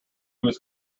was